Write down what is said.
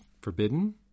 forbidden